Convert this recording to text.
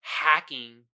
hacking